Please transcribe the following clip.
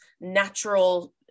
natural